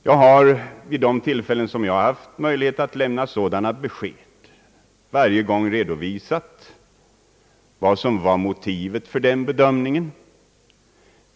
Jag har vid de tillfällen jag haft möjlighet att lämna sådana besked varje gång redovisat motiven för denna bedömning.